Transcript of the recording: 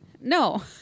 no